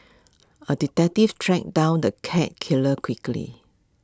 A detective tracked down the cat killer quickly